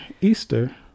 Easter